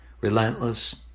relentless